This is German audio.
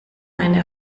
eine